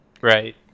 Right